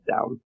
down